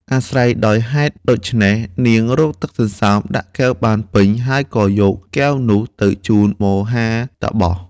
អាស្រ័យដោយហេតុដូច្នេះ នាងរកទឹកសន្សើមដាក់កែវបានពេញ ហើយក៏យកកែវនោះទៅជូនមហាតាបស។